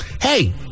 hey